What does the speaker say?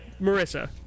Marissa